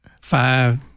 Five